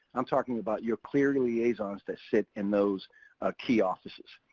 i'm talking about your clery liaisons that sit in those key offices.